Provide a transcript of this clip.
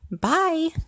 Bye